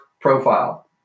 profile